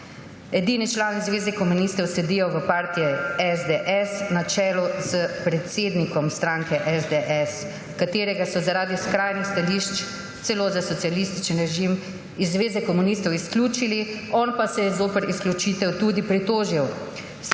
Edini člani Zveze komunistov sedijo v partiji SDS, na čelu s predsednikom stranke SDS, ki so ga zaradi skrajnih stališč celo za socialističen režim iz Zveze komunistov izključili, on pa se je zoper izključitev tudi pritožil.